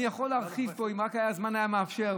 אני יכול להרחיב פה, אם רק הזמן היה מאפשר.